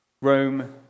Rome